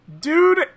Dude